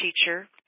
teacher